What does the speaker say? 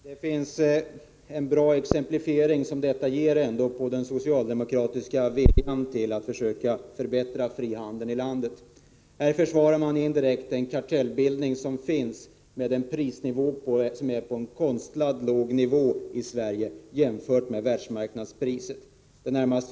Herr talman! Detta är ett bra exempel på den socialdemokratiska viljan att försöka främja frihandel. Här försvarar man indirekt den kartellbildning som finns med en prisnivå på en konstlad låg nivå jämfört med världsmarknadspriser.